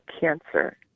cancer